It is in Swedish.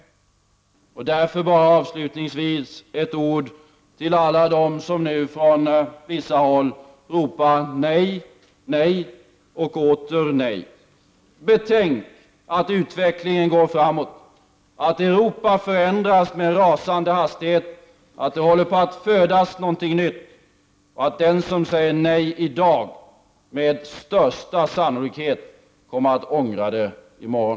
Jag vill därför avslutningsvis säga några ord till alla dem som från vissa håll ropar nej, nej och åter nej: Betänk att utvecklingen går framåt, att Europa förändras med rasande hastighet, att det håller på att födas någonting nytt och att den som säger nej i dag med största sannolikhet kommer att ångra det i morgon.